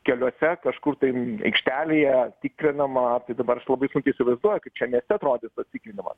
keliuose kažkur tai aikštelėje tikrinama dabar aš labai sunkiai įsivaizduoju kaip čia mieste atrodys tas tikrinimas